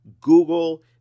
Google